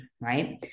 right